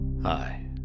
Hi